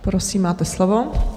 Prosím, máte slovo.